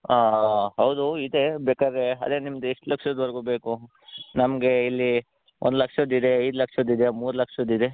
ಆಂ ಹೌದು ಇದೆ ಬೇಕಾದ್ರೆ ಅದೆ ನಿಮ್ದು ಎಷ್ಟು ಲಕ್ಷದವರೆಗೂ ಬೇಕು ನಮಗೆ ಇಲ್ಲಿ ಒಂದು ಲಕ್ಷದ್ದು ಇದೆ ಐದು ಲಕ್ಷದ್ದು ಇದೆ ಮೂರು ಲಕ್ಷದ್ದು ಇದೆ